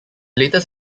latest